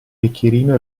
bicchierino